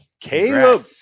Caleb